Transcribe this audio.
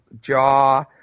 Jaw